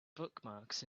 bookmarks